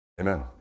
Amen